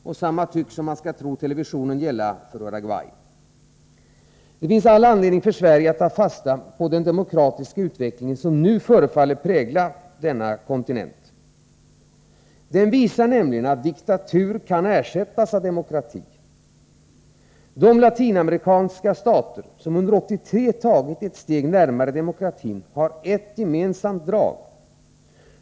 Detsamma tycks, om man skall tro televisionen, gälla för Uruguay. Det finns all anledning för Sverige att ta fasta på den demokratiska utveckling som nu förefaller prägla denna kontinent. Den visar nämligen att diktatur kan ersättas av demokrati. De latinamerikanska stater som under 1983 tagit ett steg närmare demokrati har ett gemensamt drag.